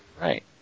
Right